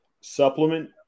supplement